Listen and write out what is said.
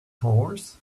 horse